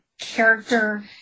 character